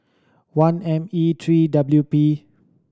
one M E three W P